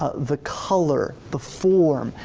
ah the color, the form,